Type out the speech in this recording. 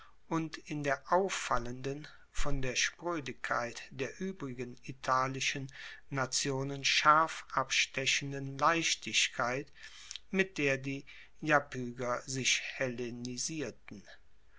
und in der auffallenden von der sproedigkeit der uebrigen italischen nationen scharf abstechenden leichtigkeit mit der die iapyger sich